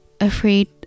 afraid